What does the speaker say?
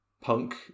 punk